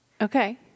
Okay